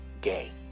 gay